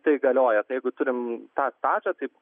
tai galioja tai jeigu turim tą stažą tai